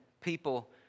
people